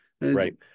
Right